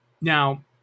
Now